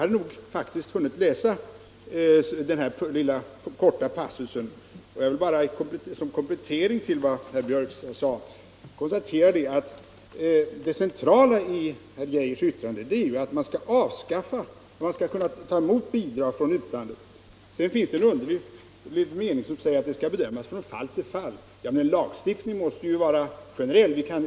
Jag har faktiskt hunnit läsa denna korta passus, och som komplettering till vad herr Björck sade vill jag bara konstatera att det centrala i herr Geijers yttrande är att man skall kunna ta emot bidrag från utlandet. Sedan finns det en underlig mening som säger att saken skall bedömas från fall till fall. Men en lagstiftning måste självfallet vara generell.